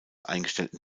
eingestellten